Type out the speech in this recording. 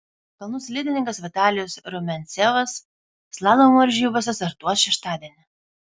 kalnų slidininkas vitalijus rumiancevas slalomo varžybose startuos šeštadienį